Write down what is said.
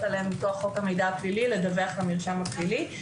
עליהן מכוח חוק המידע הפלילי לדווח למרשם הפלילי.